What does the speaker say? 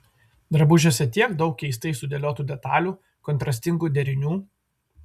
drabužiuose tiek daug keistai sudėliotų detalių kontrastingų derinių